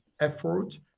effort